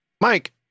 Mike